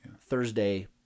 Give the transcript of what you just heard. Thursday